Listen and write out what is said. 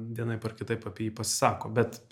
vienaip ar kitaip apie jį pasisako bet